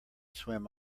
swim